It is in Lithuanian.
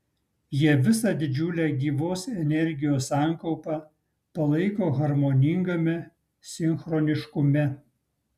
jie visą didžiulę gyvos energijos sankaupą palaiko harmoningame sinchroniškume